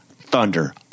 Thunder